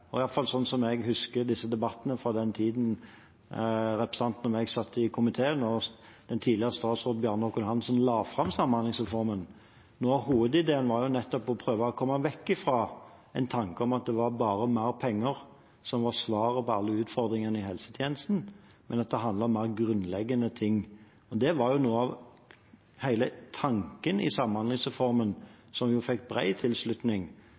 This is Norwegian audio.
tiden representanten og jeg satt i komiteen og tidligere statsråd Bjarne Håkon Hanssen la fram samhandlingsreformen, var nettopp å prøve å komme vekk fra en tanke om at det var bare mer penger som var svaret på alle utfordringene i helsetjenesten, men at det handlet om mer grunnleggende ting. Det var noe av hele tanken bak samhandlingsreformen, som jo fikk bred tilslutning,